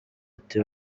ati